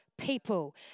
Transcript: people